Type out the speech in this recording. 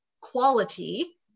quality